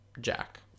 Jack